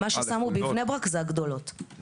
זו ההערה והבקשה היחידה.